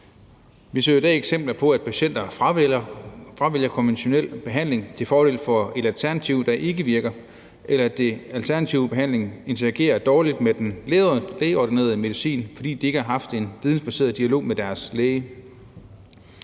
Vi ser jo i dag eksempler på, at patienter fravælger konventionel behandling til fordel for et alternativ, der ikke virker, eller hvor den alternative behandling interagerer dårligt med den lægeordinerede medicin, fordi patienterne ikke har haft en vidensbaseret dialog med deres læge.